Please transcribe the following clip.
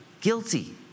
guilty